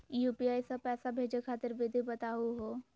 UPI स पैसा भेजै खातिर विधि बताहु हो?